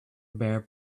bare